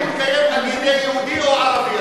ואם הוא התקיים על-ידי יהודי או ערבי.